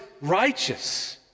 righteous